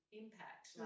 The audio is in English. impact